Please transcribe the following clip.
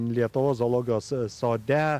lietuvos zoologijos sode